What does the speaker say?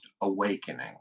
awakening